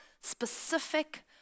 specific